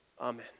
Amen